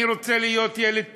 אני רוצה להיות ילד טוב,